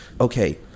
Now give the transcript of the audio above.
okay